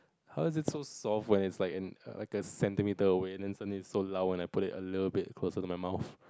how is it so soft when it's like an like a centimeter away then suddenly so loud when I put it little bit closer to my mouth